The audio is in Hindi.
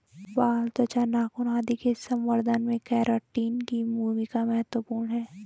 बाल, त्वचा, नाखून आदि के संवर्धन में केराटिन की भूमिका महत्त्वपूर्ण है